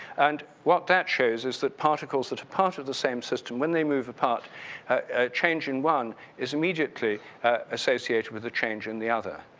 and what that shows is that particles that are part of the same system when they move apart, a change in one is immediately associated with the change in the other.